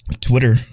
Twitter